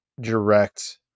direct